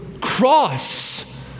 cross